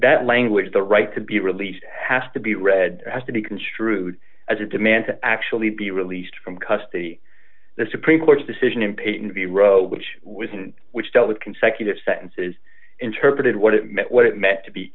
that language the right to be released has to be read has to be construed as a demand to actually be released from custody the supreme court's decision in peyton v row which was and which dealt with consecutive sentences interpreted what it meant what it meant to be